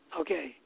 Okay